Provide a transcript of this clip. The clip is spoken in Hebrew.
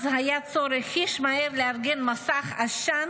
אז היה צורך חיש מהר לארגן מסך עשן